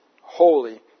holy